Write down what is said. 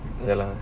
ya lah